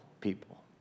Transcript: people